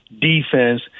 defense